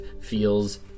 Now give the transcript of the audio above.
feels